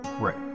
Right